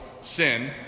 sin